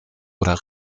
oder